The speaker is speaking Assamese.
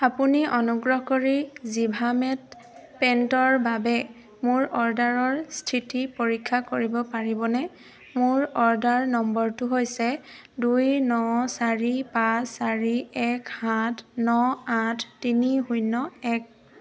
আপুনি অনুগ্ৰহ কৰি জিভামেত পেণ্টৰ বাবে মোৰ অৰ্ডাৰৰ স্থিতি পৰীক্ষা কৰিব পাৰিবনে মোৰ অৰ্ডাৰ নম্বৰটো হৈছে দুই ন চাৰি পাঁচ চাৰি এক সাত ন আঠ তিনি শূন্য এক